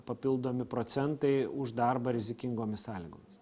papildomi procentai už darbą rizikingomis sąlygomis